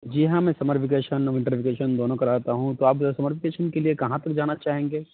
جی ہاں میں summer vacation اور انٹر ویکیشن دونوں کراتا ہوں تو آپ سمر ویکیشن کے لیے کہاں تک جانا چاہیں گے